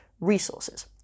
resources